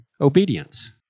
obedience